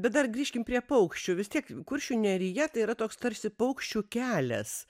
bet dar grįžkim prie paukščių vis tiek kuršių nerija tai yra toks tarsi paukščių kelias